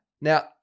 Now